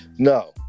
No